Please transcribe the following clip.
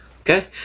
Okay